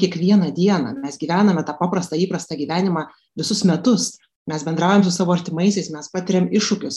kiekvieną dieną mes gyvename tą paprastą įprastą gyvenimą visus metus mes bendraujam su savo artimaisiais mes patiriam iššūkius